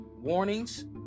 warnings